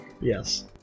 Yes